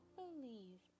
believe